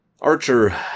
Archer